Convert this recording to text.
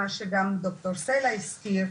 כמו שד"ר סלע הזכיר,